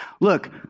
look